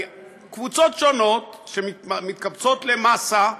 קבוצות שונות שמתקבצות למאסה ואומרות: